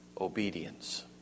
obedience